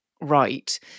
right